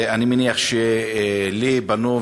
אלי פנו,